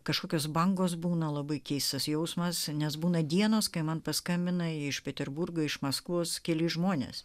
kažkokios bangos būna labai keistas jausmas nes būna dienos kai man paskambina iš peterburgo iš maskvos kelis žmones